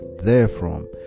therefrom